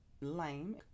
lame